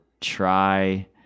try